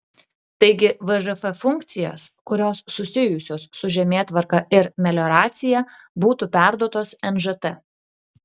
taigi vžf funkcijas kurios susijusios su žemėtvarka ir melioracija būtų perduotos nžt